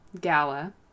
gala